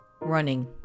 running